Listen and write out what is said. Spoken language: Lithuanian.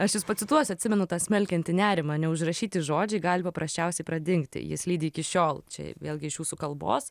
aš jus pacituosiu atsimenu tą smelkiantį nerimą neužrašyti žodžiai gali paprasčiausiai pradingti jis lydi iki šiol čia vėlgi iš jūsų kalbos